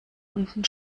unten